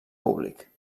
públic